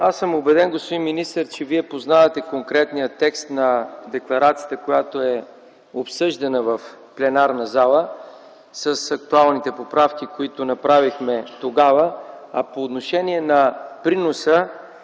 Аз съм убеден, господин министър, че Вие познавате конкретния текст на декларацията, която е обсъждана в пленарната зала с актуалните поправки, които направихме тогава. По отношение на приноса